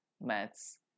maths